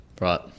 right